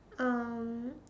um